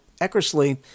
eckersley